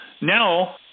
Now